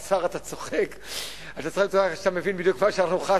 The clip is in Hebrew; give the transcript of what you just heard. השר, אתה צוחק, עכשיו אתה מבין בדיוק מה שחשנו.